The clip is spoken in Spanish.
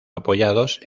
apoyados